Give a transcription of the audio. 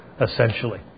essentially